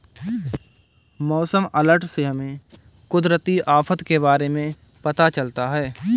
मौसम अलर्ट से हमें कुदरती आफत के बारे में पता चलता है